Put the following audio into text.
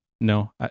No